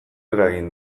eragin